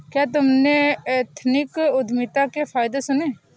क्या तुमने एथनिक उद्यमिता के फायदे सुने हैं?